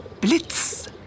Blitz